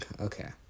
Okay